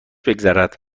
بگذرد